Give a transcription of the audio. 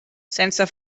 sense